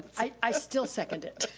i still second it.